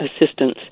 assistance